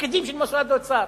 פקידים של משרד האוצר.